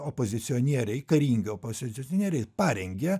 opozicionieriai karingi opozicionieriai parengė